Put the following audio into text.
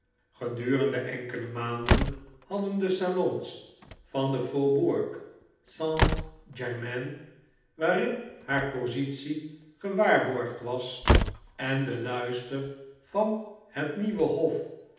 gedurende enkele maanden hadden de salons van de faubourg st germain waarin haar positie gewaarborgd was en de luister van het nieuwe hof